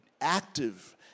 active